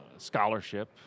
scholarship